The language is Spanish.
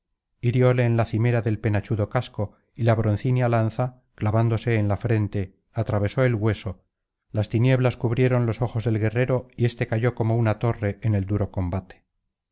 hirióle en la cimera del penachudo casco y la broncínea lanza clavándose en la frente atravesó el hueso las tinieblas cubrieron los ojos del guerrero y éste cayó como una torre en el duro combate